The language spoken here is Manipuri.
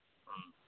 ꯑꯥ